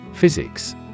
Physics